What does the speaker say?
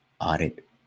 audit